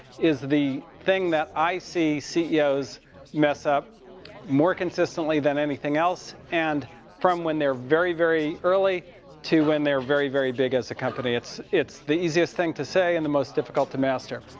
is the thing that i see ceos mess up more consistently than anything else, and from when they're very, very early to when they're very, very big as a company. it's it's the easiest thing to say, and the most difficult to master.